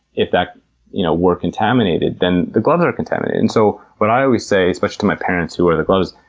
if that you know were contaminated, then the gloves are contaminated. and so what i always say, especially to my parents who wear the gloves,